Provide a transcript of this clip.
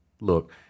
Look